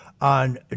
on